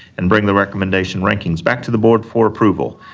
and bring the recommendation rankings back to the board for approval.